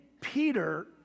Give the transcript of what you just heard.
Peter